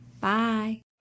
Bye